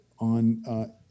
on